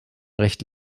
recht